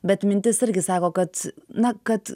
bet mintis irgi sako kad na kad